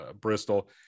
Bristol